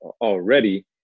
already